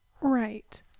Right